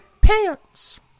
pants